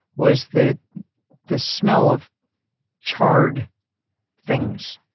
was that the smell of charred things,